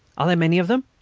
are there many of them?